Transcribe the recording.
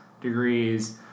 degrees